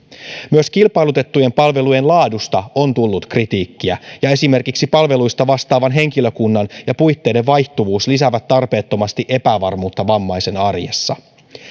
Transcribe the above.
myös kilpailutettujen palvelujen laadusta on tullut kritiikkiä ja esimerkiksi palveluista vastaavan henkilökunnan ja puitteiden vaihtuvuus lisäävät tarpeettomasti epävarmuutta vammaisen arjessa